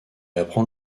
apprend